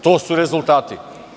To su rezultati.